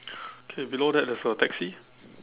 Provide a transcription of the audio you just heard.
okay below that there's a taxi